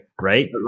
right